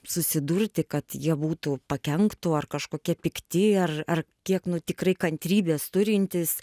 susidurti kad jie būtų pakenktų ar kažkokie pikti ar kiek nu tikrai kantrybės turintys